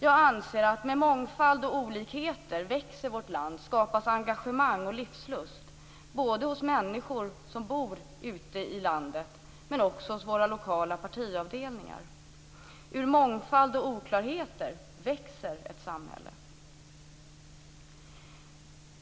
Jag anser att med mångfald och olikheter växer vårt land. Det skapas engagemang och livslust, både hos människor som bor ute i landet och hos våra lokala partiavdelningar. Ur mångfald och oklarheter växer ett samhälle.